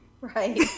Right